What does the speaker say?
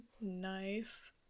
Nice